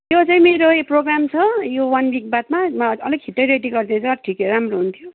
त्यो चाहिँ मेरो प्रोगाम छ यो वान विक वादमा अलिक छिटै गरिदिए त ठिकै राम्रो हुन्थ्यो